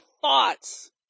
thoughts